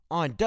on